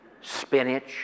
spinach